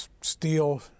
steel